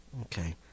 Okay